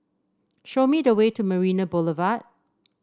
show me the way to Marina Boulevard